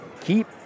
keep